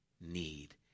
need